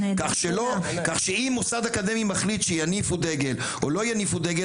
כך שאם מוסד אקדמי מחליט שיניפו או לא יניפו דגל,